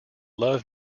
love